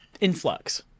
influx